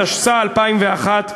התשס"א 2001,